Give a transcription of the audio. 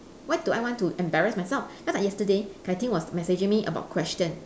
why do I want to embarrass myself just like yesterday kai ting was messaging me about question